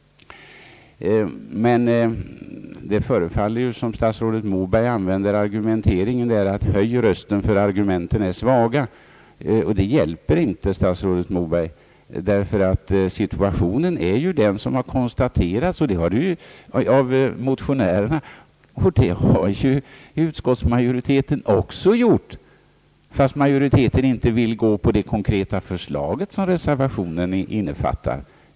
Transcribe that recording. Men det förefaller som om statsrådet Moberg använder metoden att »höja rösten därför att argumenten är svaga». Det hjälper inte, statsrådet Moberg, ty situationen är den som har konstaterats av motionärerna — och även av utskottsmajoriteten, fast majoriteten inte vill gå med på det konkreta förslag som reservation 1 innefattar.